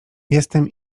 jestem